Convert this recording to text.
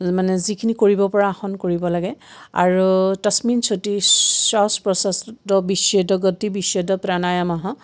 মানে যিখিনি কৰিব পৰা আসন কৰিব লাগে আৰু তষমিন শ্যোতি স্বাস প্ৰস্বাস ত বিচ্ছেডগতি বিচ্ছেড প্ৰাণায়মহ